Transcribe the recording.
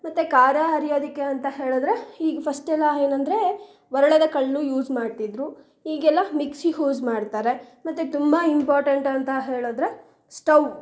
ಮತ್ತು ಖಾರ ಅರೆಯೋದಕ್ಕೆ ಅಂತ ಹೇಳಿದ್ರೆ ಈಗ ಫಸ್ಟೆಲ್ಲ ಏನಂದ್ರೆ ಒರಳ ಕಲ್ಲು ಯೂಸ್ ಮಾಡ್ತಿದ್ದರು ಈಗೆಲ್ಲ ಮಿಕ್ಸಿ ಹ್ಯೂಸ್ ಮಾಡ್ತಾರೆ ಮತ್ತು ತುಂಬ ಇಂಪಾರ್ಟೆಂಟ್ ಅಂತ ಹೇಳಿದ್ರೆ ಸ್ಟವ್